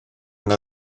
yna